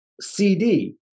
CD